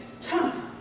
time